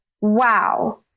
wow